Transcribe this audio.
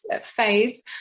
phase